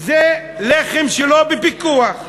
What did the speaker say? זה לחם שלא בפיקוח.